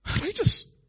Righteous